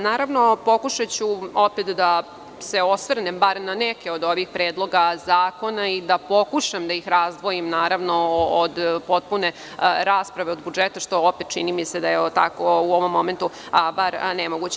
Naravno, pokušaću opet da se osvrnem bar ne neke od ovih predloga zakona i da pokušam da ih razdvojim od potpune rasprave o budžetu, što mi se čini da je u ovom momentu nemoguće.